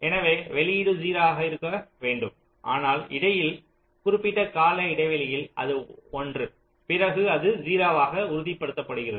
எனவே வெளியீடு 0 ஆக இருக்க வேண்டும் ஆனால் இடையில் குறிப்பிட்ட கால இடைவெளியில் அது 1 பிறகு அது 0 ஆக உறுதிப்படுத்தப்படுகிறது